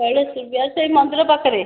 ଶୈଳଶ୍ରୀ ବିହାର ସେଇ ମନ୍ଦିର ପାଖରେ